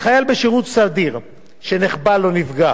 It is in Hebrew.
לחייל בשירות סדיר שנחבל או נפגע